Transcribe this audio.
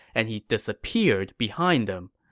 and he disappeared behind them.